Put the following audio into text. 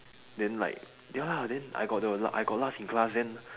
then like ya lah then I got the la~ I got last in class then